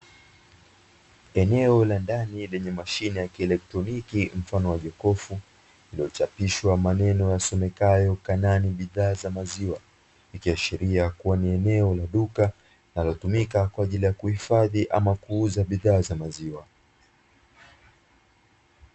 Eneo la ndani lenye mashine ya kielektroniki mfano wa vikofu, iliyochapishwa maneno yasomekayo "kanani bidhaa za maziwa." Ikiashiria kuwa ni eneo la duka linalotumika kwa ajili ya kuifadhi ama kuuza bidhaa za maziwa.